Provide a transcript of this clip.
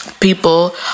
People